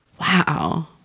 Wow